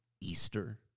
Easter